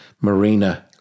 Marina